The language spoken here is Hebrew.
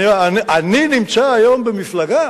אני נמצא היום במפלגה